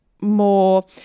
more